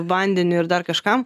vandeniui ir dar kažkam